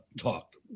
talked